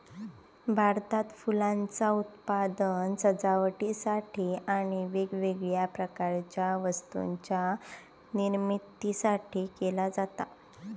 भारतात फुलांचा उत्पादन सजावटीसाठी आणि वेगवेगळ्या प्रकारच्या वस्तूंच्या निर्मितीसाठी केला जाता